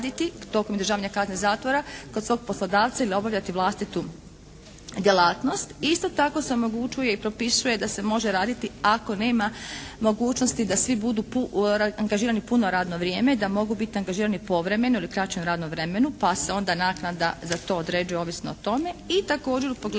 raditi tokom izdržavanja kazne zatvora kod svog poslodavca ili obavljati vlastitu djelatnost. Isto tako se omogućuje i propisuje da se može raditi ako nema mogućnosti da svi budu angažirani puno radno vrijeme, da mogu biti angažirani povremeno ili u kraćem radnom vremenu, pa se onda naknada za to određuje ovisno o tome. I također u pogledu